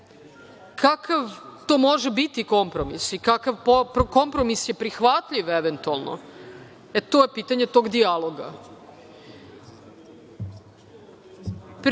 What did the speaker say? Kakav to može biti kompromis i kakav kompromis je prihvatljiv eventualno, e to je pitanje tog dijaloga. Pre